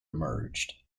emerged